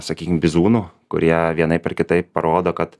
sakykim bizūnų kurie vienaip ar kitaip parodo kad